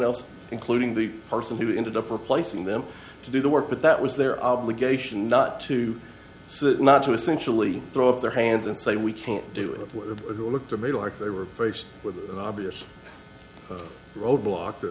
else including the person who ended up replacing them to do the work but that was their obligation not to sit not to essentially throw up their hands and say we can't do it who looked to me like they were faced with the obvious roadblock